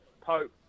Pope